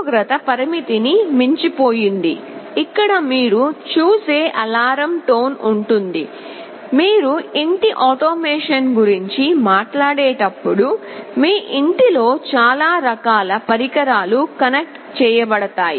ఉష్ణోగ్రత పరిమితిని మించిపోయింది ఇక్కడ మీరు చూసే అలారం టోన్ ఉంటుంది మీరు ఇంటి ఆటోమేషన్ గురించి మాట్లాడేటప్పుడు మీ ఇంటిలో చాలా రకాల పరికరాలు కనెక్ట్ చేయబడతాయి